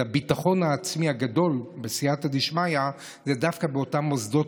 הביטחון העצמי הגדול בסיעתא דשמיא זה דווקא באותם מוסדות.